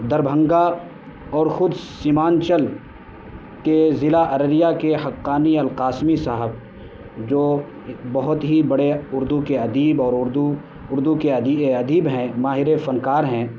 دربھنگہ اور خود سیمانچل کے ضلع ارریہ کے حقانی القاسمی صاحب جو ایک بہت ہی بڑے اردو کے ادیب اور اردو اردو کے ادیب ہیں ماہرِ فنکار ہیں